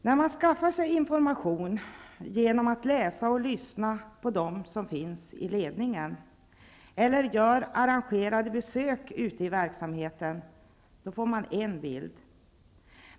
När man skaffar sig information genom att läsa och lyssna på dem som finns i ledningen eller gör arrangerade besök ute i verksamheten, då får man en bild.